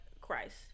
Christ